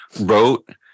wrote